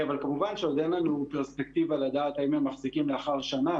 אבל כמובן שעוד אין לנו פרספקטיבה לדעת אם הם מחזיקים לאחר שנה,